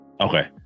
okay